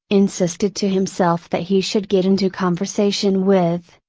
insisted to himself that he should get into conversation with,